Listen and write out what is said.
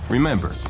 Remember